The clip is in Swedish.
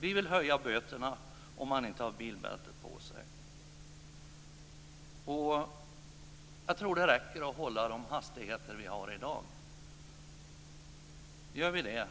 Vi vill höja böterna för den som inte har bilbältet på sig. Jag tror att det räcker att hålla de hastigheter som vi i dag har. Om vi gör det